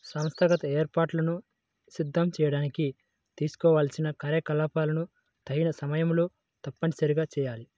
సంస్థాగత ఏర్పాట్లను సిద్ధం చేయడానికి చేసుకోవాల్సిన కార్యకలాపాలను తగిన సమయంలో తప్పనిసరిగా చేయాలి